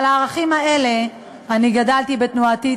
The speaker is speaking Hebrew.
על הערכים האלה אני גדלתי בתנועתי,